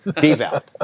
Devout